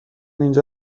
اینجا